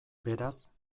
beraz